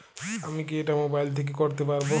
আমি কি এটা মোবাইল থেকে করতে পারবো?